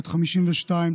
בת 52,